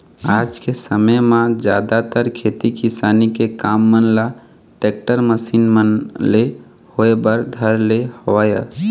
आज के समे म जादातर खेती किसानी के काम मन ल टेक्टर, मसीन मन ले होय बर धर ले हवय